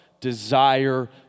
desire